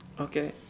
Okay